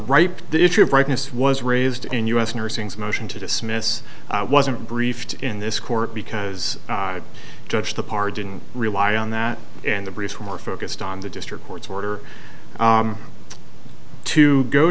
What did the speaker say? right the issue of rightness was raised in us nursings motion to dismiss wasn't briefed in this court because judge the par didn't rely on that and the british were more focused on the district court's order to go